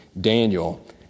Daniel